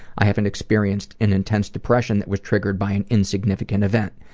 i haven't experienced an intense depression that was triggered by an insignificant event.